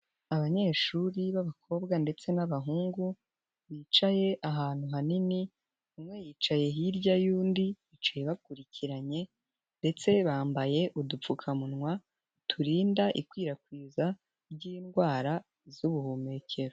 Abanyeshuri b'abakobwa ndetse n'abahungu, bicaye ahantu hanini, umwe yicaye hirya y'undi, bicaye bakurikiranye ndetse bambaye udupfukamunwa turinda ikwirakwiza ry'indwara z'ubuhumekero.